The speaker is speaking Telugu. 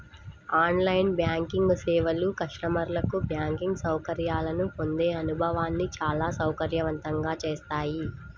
ఆన్ లైన్ బ్యాంకింగ్ సేవలు కస్టమర్లకు బ్యాంకింగ్ సౌకర్యాలను పొందే అనుభవాన్ని చాలా సౌకర్యవంతంగా చేశాయి